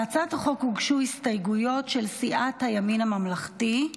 להצעת החוק הוגשו הסתייגויות של סיעת הימין הממלכתי,